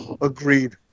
Agreed